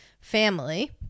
family